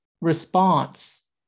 response